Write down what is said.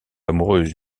amoureuse